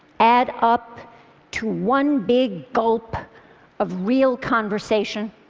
add up to one big gulp of real conversation?